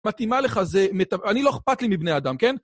מתאימה לך זה, אני לא אכפת לי מבני אדם, כן?